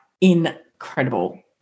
incredible